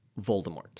Voldemort